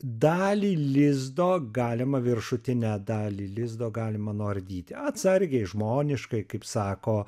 dalį lizdo galima viršutinę dalį lizdo galima nuardyti atsargiai žmoniškai kaip sako